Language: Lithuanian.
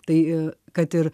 tai kad ir